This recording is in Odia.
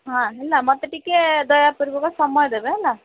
ହଁ ହେଲା ମତେ ଟିକେ ଦୟାପୂର୍ବକ ସମୟ ଦେବେ ହେଲା